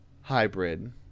hybrid